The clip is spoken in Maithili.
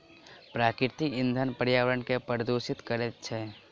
प्राकृतिक इंधन पर्यावरण के प्रदुषित करैत अछि